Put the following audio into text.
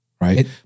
Right